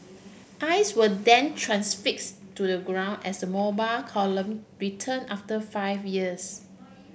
eyes were then transfix to the ground as the Mobile Column return after five years